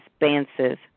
expansive